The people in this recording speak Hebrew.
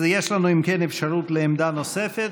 אז יש לנו אפשרות לעמדה נוספת,